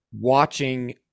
watching